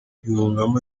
yungamo